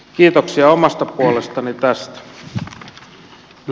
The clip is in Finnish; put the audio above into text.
kiitoksia omasta puolestani tästä